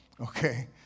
Okay